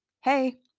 hey